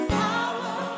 power